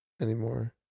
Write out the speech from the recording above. anymore